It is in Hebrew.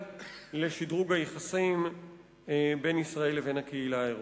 לשדרוג היחסים בין ישראל לבין הקהילה האירופית.